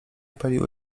paliło